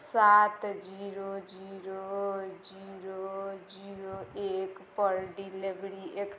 सात zero zero zero zero एकपर delivery एक